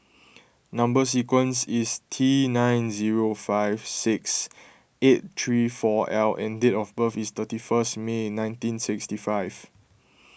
Number Sequence is T nine zero five six eight three four L and date of birth is thirty first May nineteen sixty five